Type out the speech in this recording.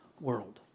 world